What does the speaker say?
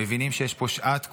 מבינים שיש פה שעת כושר,